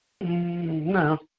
No